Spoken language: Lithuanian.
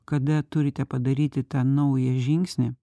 kada turite padaryti tą naują žingsnį